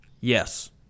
Yes